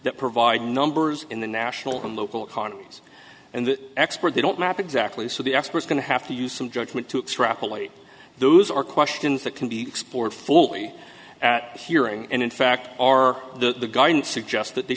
that provide numbers in the national and local economies and the expert they don't map exactly so the experts going to have to use some judgment to extrapolate those are questions that can be explored fully at the hearing and in fact are the garden suggests that they